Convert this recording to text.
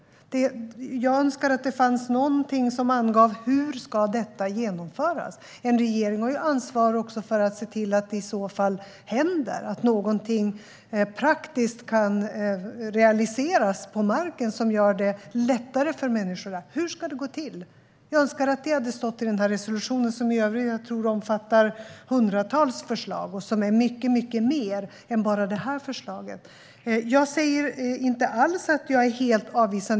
Jag önskar att det fanns någonting som angav hur detta ska genomföras. En regering har ju också ansvar för att se till att det händer saker och att någonting praktiskt kan realiseras på marken som gör det lättare för människor. Hur ska det gå till? Jag önskar att det hade stått i resolutionen, som jag i övrigt tror omfattar hundratals förslag och som är något mycket mer än bara detta förslag. Jag säger inte alls att jag är helt avvisande.